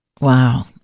Wow